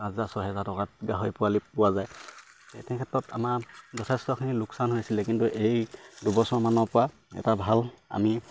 পাঁচ হাজাৰ ছহেজাৰ টকাত গাহৰি পোৱালি পোৱা যায় তেনে ক্ষেত্ৰত আমাৰ যথেষ্টখিনি লোকচান হৈছিলে কিন্তু এই দুবছৰমানৰ পৰা এটা ভাল আমি